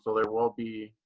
so there will be,